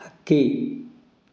ಹಕ್ಕಿ